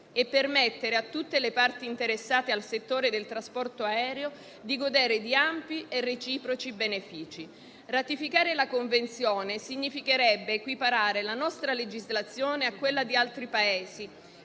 e permettere a tutte le parti interessate al settore del trasporto aereo di godere di ampi e reciproci benefici. Ratificare la Convenzione significherebbe equiparare la nostra legislazione a quella di altri Paesi